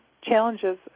challenges